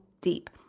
deep